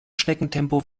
schneckentempo